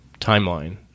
timeline